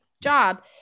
job